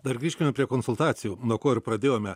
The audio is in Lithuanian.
dar grįžkime prie konsultacijų nuo ko ir pradėjome